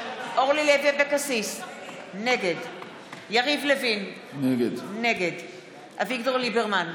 אבקסיס, נגד יריב לוין, נגד אביגדור ליברמן,